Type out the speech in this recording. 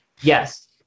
Yes